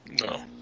No